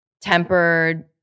tempered